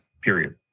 period